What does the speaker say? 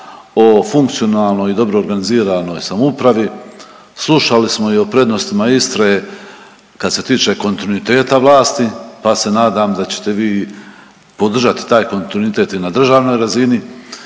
o funkcionalnoj i dobro organiziranoj samoupravi, slušali smo i o prednostima Istre kad se tiče kontinuiteta vlasti, pa se nadam da ćete vi podržati taj kontinuitet i na državnoj razini,